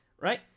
right